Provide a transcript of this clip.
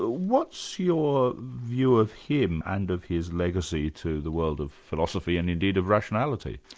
what's your view of him and of his legacy to the world of philosophy and indeed of rationality?